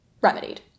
remedied